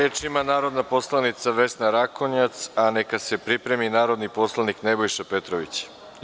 Reč ima narodna poslanica Vesna Rakonjac, a neka se pripremi narodni poslanik Nebojša Petrović.